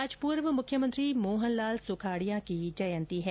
आज पूर्व मुख्यमंत्री मोहनलाल सुखाड़िया की जयंती है